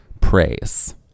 Praise